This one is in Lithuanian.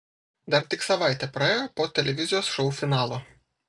dar tik savaitė praėjo po televizijos šou finalo